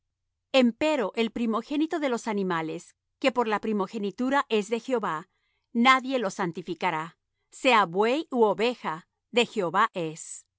óbolos empero el primogénito de los animales que por la primogenitura es de jehová nadie lo santificará sea buey ú oveja de jehová es